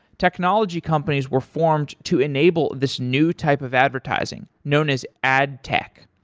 technology companies were formed to enable this new type of advertising known as ad tech.